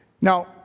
Now